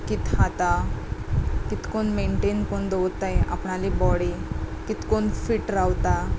कितें खाता कितें करीन मेनटेन करून दवरताय आपणाली बॉडी कितें करून फीट रावता